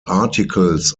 articles